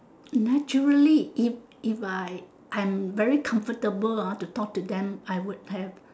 naturally if if I I'm very comfortable ah to talk to them I would have